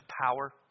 power